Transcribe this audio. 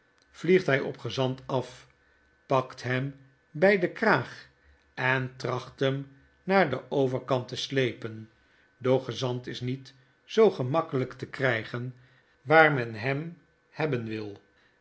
vliegt hij op gezant af pakt hem by den kraag en tracht hem naar den overkant te slepen doch gezant is niet zoo gemakkelyk te krygen waar men hem hebben wil